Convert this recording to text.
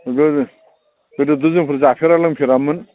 गोदो गोदोथ' जोंफोर जाफेरा लोंफेरामोन